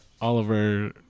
Oliver